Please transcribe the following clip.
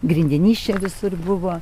grindinys čia visur buvo